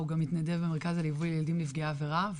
הוא גם מתנדב במרכז לליווי ילדים נפגעי עבירה.